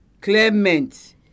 Clement